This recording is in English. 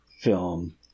film